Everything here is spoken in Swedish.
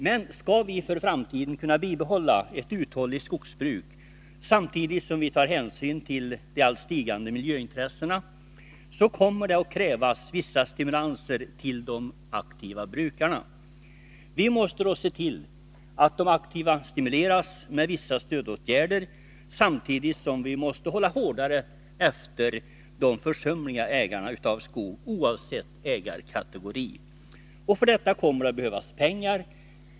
Men för att vi i framtiden skall kunna bibehålla ett uthålligt skogsbruk, samtidigt som vi tar hänsyn till de allt större miljöintressena, kommer det att krävas vissa stimulanser till de aktiva skogsbrukarna. Vi måste se till att dessa stimuleras genom vissa stödåtgärder. Samtidigt måste vi hårdare hålla efter de försumliga skogsägarna, oavsett ägarkategori. För att vi skall kunna åstadkomma detta kommer det att behövas pengar.